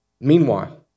Meanwhile